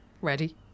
Ready